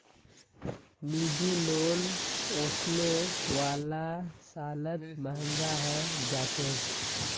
निजी लोन ओसने वाला सालत महंगा हैं जातोक